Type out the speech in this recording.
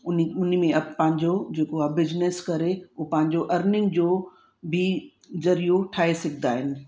उन उन में पंहिंजो जेको आहे बिजनिस करे उहे पंहिंजो अर्निंग जो भी ज़रियो ठाहे सघंदा आहिनि